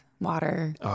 water